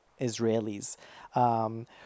Israelis